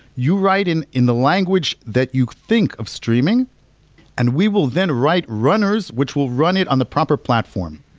you write in in the language that you think of streaming and we will then write runners, which will run it on a proper platform.